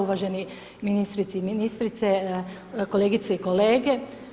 Uvaženi ministrice i ministri, kolegice i kolege.